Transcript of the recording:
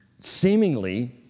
Seemingly